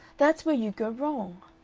that's where you go wrong.